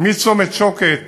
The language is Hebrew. מצומת שוקת